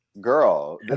Girl